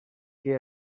que